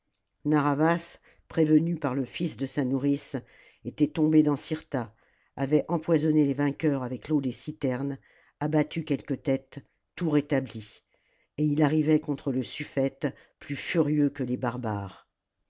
narr'havas prévenu par le fils de sa nourrice était tombé dans cirta avait empoisonné les vainqueurs avec l'eau des citernes abattu quelques têtes tout rétabli et il arrivait contre le suftète plus furieux que les barbares